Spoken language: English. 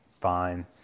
Fine